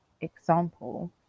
example